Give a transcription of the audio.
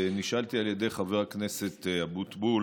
נשאלתי על ידי חבר הכנסת אבוטבול